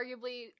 arguably